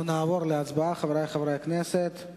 אנחנו נעבור להצבעה, חברי חברי הכנסת.